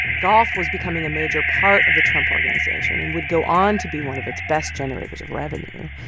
golf was becoming a major part of the trump organization and would go on to be one of its best generators of revenue.